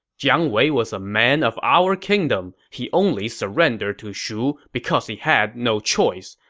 jiang wei was a man of our kingdom. he only surrendered to shu because he had no choice.